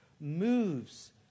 moves